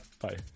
Bye